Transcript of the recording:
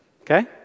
Okay